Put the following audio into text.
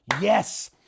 Yes